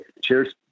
cheers